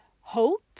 hope